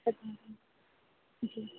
अच्छा जी